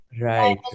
Right